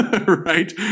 right